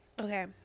okay